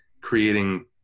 creating